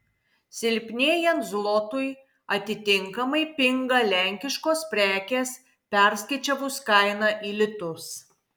silpnėjant zlotui atitinkamai pinga lenkiškos prekės perskaičiavus kainą į litus